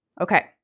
Okay